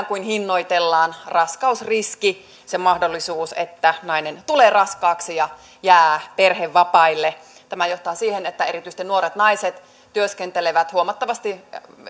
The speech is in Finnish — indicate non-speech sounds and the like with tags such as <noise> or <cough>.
<unintelligible> kuin hinnoitellaan raskausriski se mahdollisuus että nainen tulee raskaaksi ja jää perhevapaille tämä johtaa siihen että erityisesti nuoret naiset työskentelevät huomattavasti